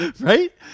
right